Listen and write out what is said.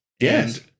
Yes